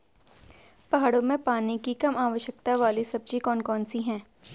पहाड़ों में पानी की कम आवश्यकता वाली सब्जी कौन कौन सी हैं?